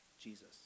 jesus